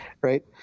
right